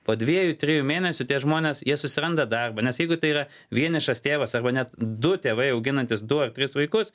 po dviejų trijų mėnesių tie žmonės jie susiranda darbą nes jeigu tai yra vienišas tėvas arba net du tėvai auginantys du ar tris vaikus